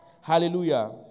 Hallelujah